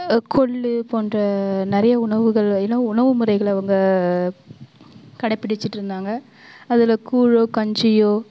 கொள்ளு போன்ற நிறைய உணவுகள் ஏன்னா உணவு முறைகளை அவங்க கடைப்பிடிச்சிட்டுருந்தாங்க அதில் கூழோ கஞ்சியோ